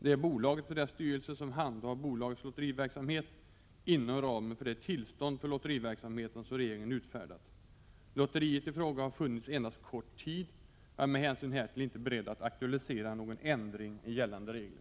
Det är bolaget och dess styrelse som handhar bolagets lotteriverksamhet, inom ramen för det tillstånd för lotteriverksamheten som regeringen utfärdat. Lotteriet i fråga har funnits endast kort tid. Jag är med hänsyn härtill inte beredd att aktualisera någon ändring i gällande regler.